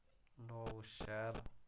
लोक शैल